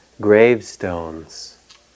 gravestones